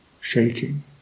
shaking